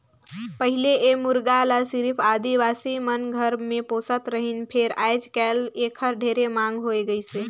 पहिले ए मुरगा ल सिरिफ आदिवासी मन घर मे पोसत रहिन फेर आयज कायल एखर ढेरे मांग होय गइसे